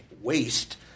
waste